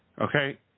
okay